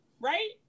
right